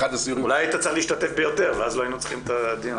אולי היית צריך להשתתף ביותר ואז לא היינו צריכים את הדיון.